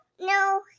No